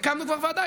הקמנו כבר ועדה,